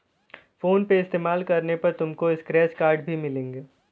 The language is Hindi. फोन पे इस्तेमाल करने पर तुमको स्क्रैच कार्ड्स भी मिलेंगे